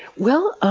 well,